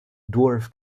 dwarf